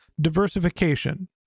diversification